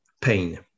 pain